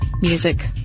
music